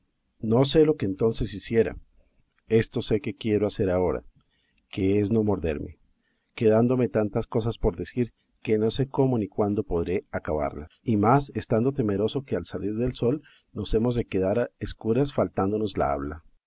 no sé lo que entonces hiciera esto sé que quiero hacer ahora que es no morderme quedándome tantas cosas por decir que no sé cómo ni cuándo podré acabarlas y más estando temeroso que al salir del sol nos hemos de quedar a escuras faltándonos la habla